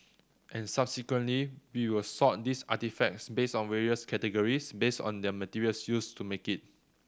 and subsequently we will sort these artefacts based on various categories based on the materials used to make it